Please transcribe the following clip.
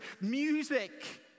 music